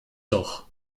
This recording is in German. doch